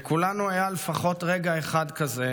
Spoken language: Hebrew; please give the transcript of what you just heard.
לכולנו היה לפחות רגע אחד כזה